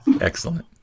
Excellent